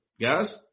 guys